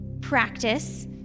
practice